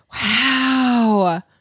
wow